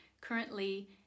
currently